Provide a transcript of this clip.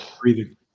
breathing